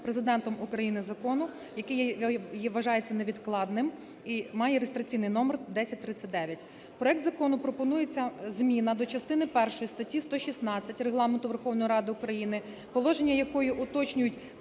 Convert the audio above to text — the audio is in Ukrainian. Президентом України закону, який вважається невідкладним і має реєстраційний номер 1039. В проект закону пропонується зміна до частини першої статті 116 Регламенту Верховної Ради України, положення якої уточнюють